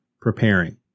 preparing